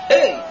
Hey